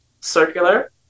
circular